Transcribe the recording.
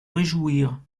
réjouir